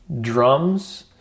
drums